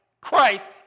Christ